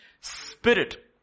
spirit